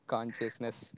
Consciousness